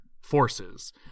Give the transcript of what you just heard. forces